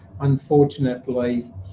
unfortunately